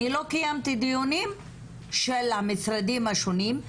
אני לא קיימתי דיונים של המשרדים השונים,